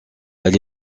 elle